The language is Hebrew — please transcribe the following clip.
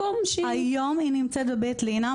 היום היא נמצאת בבית לינה,